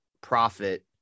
profit